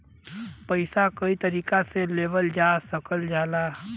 पइसा कई तरीका से लेवल जा सकल जाला